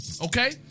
Okay